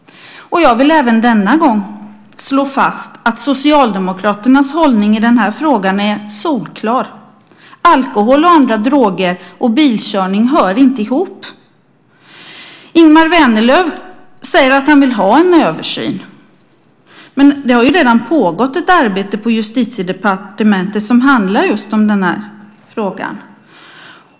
Jag vill även denna gång slå fast att Socialdemokraternas hållning i den här frågan är solklar. Alkohol, andra droger och bilkörning hör inte ihop. Ingemar Vänerlöv säger att han vill ha en översyn. Men det har ju redan pågått ett arbete på Justitiedepartementet som handlar om just den här frågan.